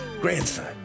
Grandson